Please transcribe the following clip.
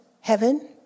heaven